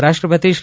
ઉપરાષ્ટ્રપતિ શ્રી